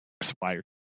expired